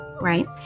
right